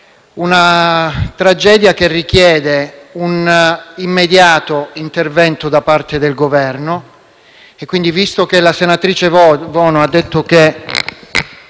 una tragedia che richiede un immediato intervento da parte del Governo. Visto che la senatrice Vono ha detto che